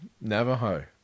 Navajo